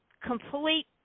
complete